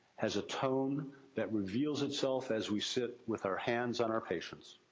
has a tone that reveals itself as we sit with our hands on our patients.